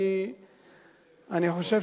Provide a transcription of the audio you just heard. אני חושב